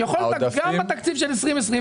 יכולת גם בתקציב של 2020,